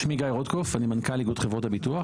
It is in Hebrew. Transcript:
שמי גיא רוטקופף, אני מנכ"ל איגוד חברות הביטוח.